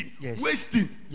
wasting